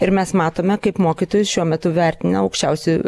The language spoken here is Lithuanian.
ir mes matome kaip mokytojus šiuo metu vertina aukščiausi